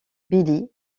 billy